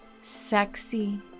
sexy